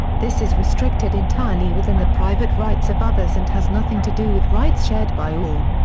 this is restricted entirely within the private rights of others and has nothing to do with rights shared by all.